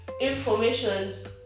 informations